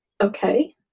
Okay